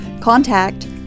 contact